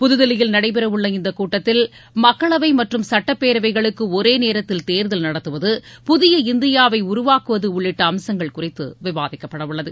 புதுதில்லியில் நடைபெறவுள்ள இந்தக் கூட்டத்தில் மக்களவை மற்றும் சுட்டப்பேரவைகளுக்கு ஒரே நேரத்தில் தேர்தல் நடத்துவது புதிய இந்தியாவை உருவாக்குவது உள்ளிட்ட அம்சங்கள் குறித்து விவாதிக்கப்படவுள்ளது